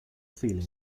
feeling